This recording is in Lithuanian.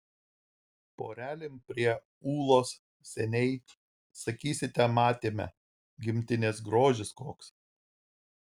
porelėm prie ūlos seniai sakysite matėme gimtinės grožis koks